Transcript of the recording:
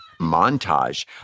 montage